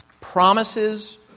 promises